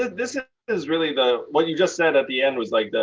this is really the, what you just said at the end was, like,